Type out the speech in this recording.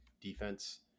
defense